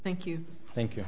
thank you thank you